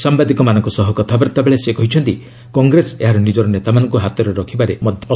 ସାମ୍ବାଦିକମାନଙ୍କ ସହ କଥାବାର୍ତ୍ତାବେଳେ ସେ କହିଛନ୍ତି କଂଗ୍ରେସ ଏହାର ନିଜର ନେତାମାନଙ୍କୁ ହାତରେ ରଖିବାରେ ମଧ୍ୟ ଅସମର୍ଥ